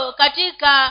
katika